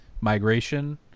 migration